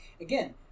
again